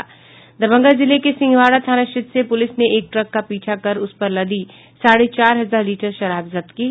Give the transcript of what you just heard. दरभंगा जिले के सिंहवाड़ा थाना क्षेत्र से पुलिस ने एक ट्रक का पीछा कर उसपर लदी साढ़े चार हजार लीटर शराब जब्त की है